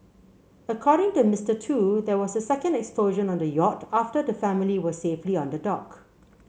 according to Mister Tu there was a second explosion on the yacht after the family were safely on the dock